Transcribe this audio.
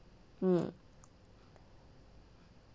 mm